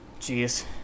Jeez